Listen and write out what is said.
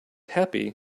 happy